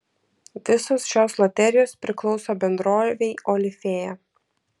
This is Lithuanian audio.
visos šios loterijos priklauso bendrovei olifėja